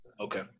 Okay